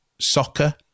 soccer